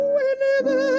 Whenever